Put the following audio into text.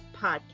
Podcast